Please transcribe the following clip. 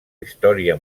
història